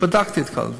בדקתי את כל הדברים.